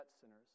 sinners